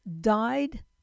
died